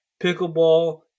Pickleball